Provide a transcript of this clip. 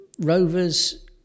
Rovers